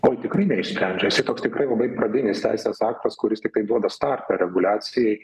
oi tikrai neišsprendžia jisai toks tikrai labai pradinis teisės aktas kuris tiktai duoda startą reguliacijai